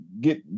get